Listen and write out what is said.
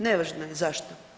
Nevažno je zašto.